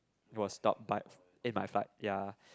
was stopped by in my flight ya